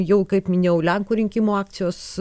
jau kaip minėjau lenkų rinkimų akcijos